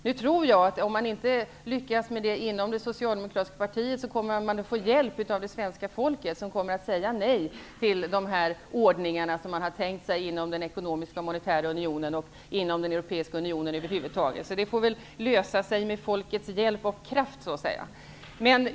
Nu tror jag att om man inte lyckas med det inom det socialdemokratiska partiet, kommer man att få hjälp av det svenska folket som kommer att säga nej till de ordningar som man har tänkt sig inom den ekonomiska och monetära unionen och inom den europeiska unionen över huvud taget. Det får väl lösa sig så att säga med folkets hjälp och kraft.